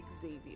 Xavier